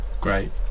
Great